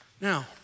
Now